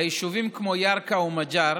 ביישובים כמו ירכא ומג'אר